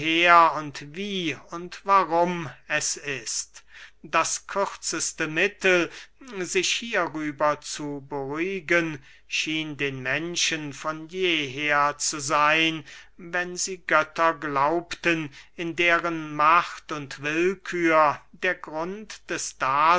und wie und warum es ist das kürzeste mittel sich hierüber zu beruhigen schien den menschen von jeher zu seyn wenn sie götter glaubten in deren macht und willkühr der grund des